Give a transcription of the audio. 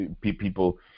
people